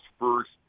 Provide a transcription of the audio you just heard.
first